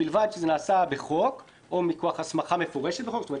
ובלבד שזה נעשה בחוק או מכוח הסמכה בחוק זאת אומרת,